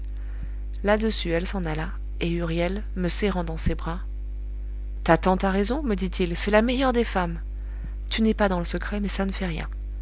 là-dessus elle s'en alla et huriel me serrant dans ses bras ta tante a raison me dit-il c'est la meilleure des femmes tu n'es pas dans le secret mais ça ne fait rien